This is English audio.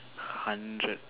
hundred